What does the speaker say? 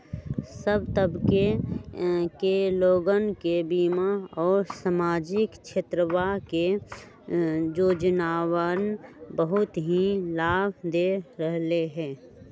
सब तबके के लोगन के बीमा और सामाजिक क्षेत्रवा के योजनावन बहुत ही लाभ दे रहले है